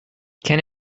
can